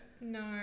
no